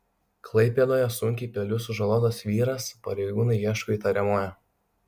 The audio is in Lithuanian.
klaipėdoje sunkiai peiliu sužalotas vyras pareigūnai ieško įtariamojo